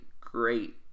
great